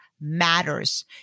matters